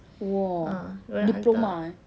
!wah! diploma eh